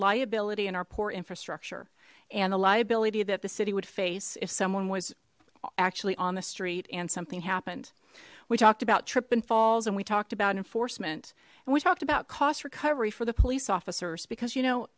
liability and our poor infrastructure and the liability that the city would face if someone was actually on the street and something happened we talked about trip and falls and we talked about enforcement and we talked about cost recovery for the police officers because you know